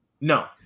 No